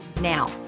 Now